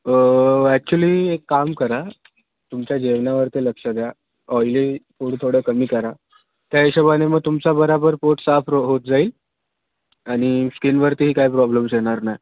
actually एक काम करा तुमच्या जेवणावरती लक्ष द्या ऑईली फूड थोडं कमी करा त्या हिशोबाने मग तुमचा बरोबर पोट साफ होत जाईल आणि स्किनवरतीही काही प्रॉब्लेम्स येणार नाही